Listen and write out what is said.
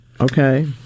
Okay